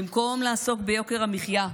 במקום לעסוק ביוקר המחיה,